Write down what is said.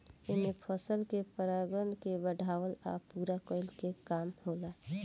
एमे फसल के पराग के बढ़ावला आ पूरा कईला के काम होला